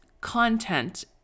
content